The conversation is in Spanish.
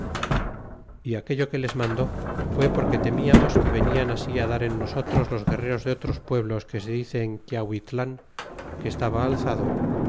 y aquello que les mandó fué porque temiamos que venian así á dar en nosotros les guerreros de otros pueblos que se dicen quiahuitlan que estaba alzado